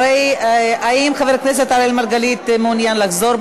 האם חבר הכנסת אראל מרגלית מעוניין לחזור?